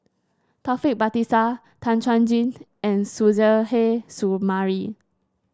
Taufik Batisah Tan Chuan Jin and Suzairhe Sumari